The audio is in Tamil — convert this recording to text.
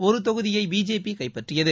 ஒரு தொகுதியை பிஜேபி கைப்பற்றியது